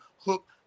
hook